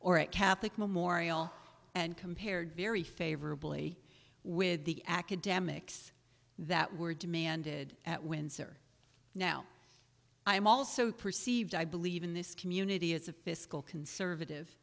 or a catholic memorial and compared very favorably with the academics that were demanded at windsor now i am also perceived i believe in this community as a fiscal conservative